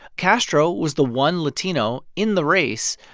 castro was the one latino in the race,